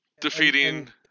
defeating